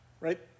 Right